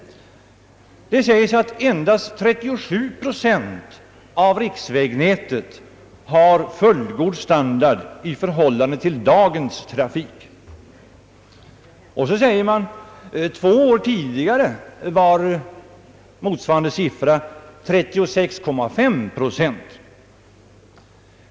Det sägs att endast 37 procent av riksvägnätet har fullgod standard i förhållande till dagens trafik. Det sägs också att motsvarande siffra två år tidigare var 36,5 procent.